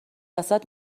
وسط